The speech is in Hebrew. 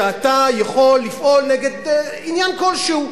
שאתה יכול לפעול נגד עניין כלשהו.